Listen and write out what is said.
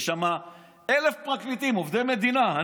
יש שם 1,000 פרקליטים עובדי מדינה.